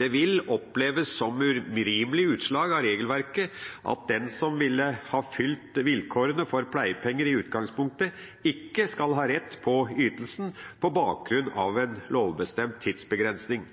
Det vil oppleves som et urimelig utslag av regelverket at den som ville ha fylt vilkårene for pleiepenger i utgangspunktet, ikke skal ha rett på ytelsen på bakgrunn av en lovbestemt tidsbegrensning.